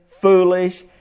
Foolish